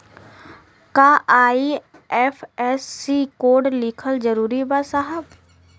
का IFSC code लिखल जरूरी बा साहब?